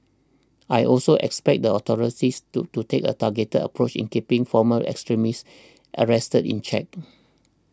I also expect the authorities to to take a targeted approach in keeping former extremists arrested in check